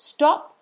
Stop